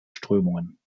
strömungen